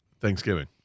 Thanksgiving